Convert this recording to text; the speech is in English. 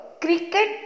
Cricket